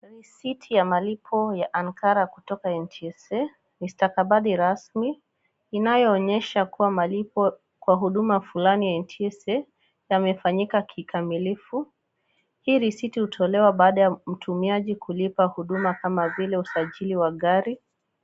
Risisti ya malipo ya anakara kutoka NTSA. NI stakabadhi rasmi inayoonyesha Kuwa malipo kwa huduma flani ya NTSA, yamefanyika kikamilifu. Hii risiti hutolewa baada ya mtumiaji kulipa huduma kama vile usajili wa gari.